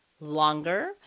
longer